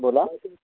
बोला